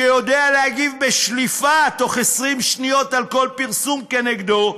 שיודע להגיב בשליפה בתוך 20 שניות על כל פרסום כנגדו,